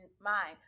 mind